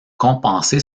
compenser